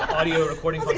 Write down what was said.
audio recording